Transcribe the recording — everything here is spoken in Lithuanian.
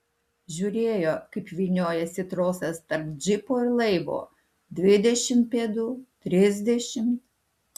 žiūrėjo kaip vyniojasi trosas tarp džipo ir laivo dvidešimt pėdų trisdešimt